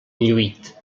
lluït